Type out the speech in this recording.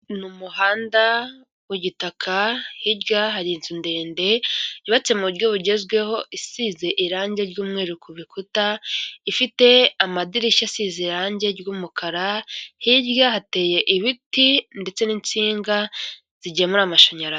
Ni umuhanda w'gitaka hirya hari inzu ndende yubatse mu buryo bugezweho isize irangi ry'umweru ku bikuta ifite amadirishya asize irangi ry'umukara hirya hateye ibiti ndetse n'insinga zigemura amashanyarazi.